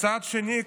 מצד שני,